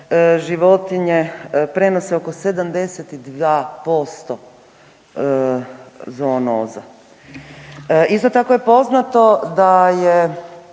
životinje prenose oko 72% zoonoza. Isto tako je poznato da je